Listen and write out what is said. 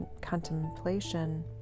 contemplation